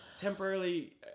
Temporarily